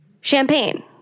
Champagne